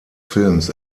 films